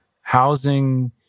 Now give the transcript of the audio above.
housing